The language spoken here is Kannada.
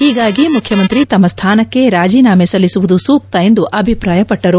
ಹೀಗಾಗಿ ಮುಖ್ಯಮಂತ್ರಿ ತಮ್ಮ ಸ್ಥಾನಕ್ಕೆ ರಾಜಿನಾಮೆ ಸಲ್ಲಿಸಿರುವುದು ಸೂಕ್ತ ಎಂದು ಅಭಿಪ್ರಾಯ ಪಟ್ಟರು